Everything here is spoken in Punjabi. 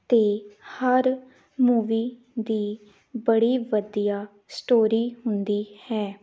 ਅਤੇ ਹਰ ਮੂਵੀ ਦੀ ਬੜੀ ਵਧੀਆਂ ਸਟੋਰੀ ਹੁੰਦੀ ਹੈ